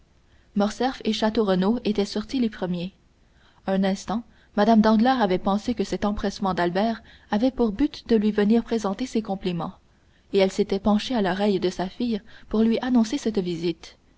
et château renaud étaient sortis des premiers un instant mme danglars avait pensé que cet empressement d'albert avait pour but de lui venir présenter ses compliments et elle s'était penchée à l'oreille de sa fille pour lui annoncer cette visite